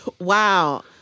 Wow